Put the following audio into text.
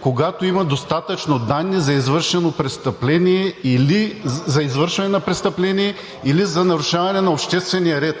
когато има достатъчно данни за извършване на престъпление или за нарушаване на обществения ред,